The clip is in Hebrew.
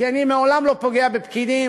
כי אני לעולם לא פוגע בפקידים,